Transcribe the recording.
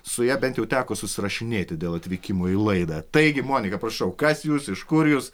su ja bent jau teko susirašinėti dėl atvykimo į laidą taigi monika prašau kas jūs iš kur jūs